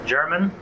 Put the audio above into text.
German